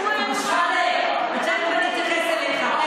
אבו שחאדה, תכף אני אתייחס אליך.